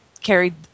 carried